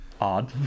Odd